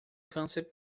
câncer